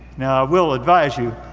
now i will advise you,